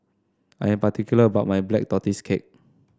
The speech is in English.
I am particular about my Black Tortoise Cake